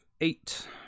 eight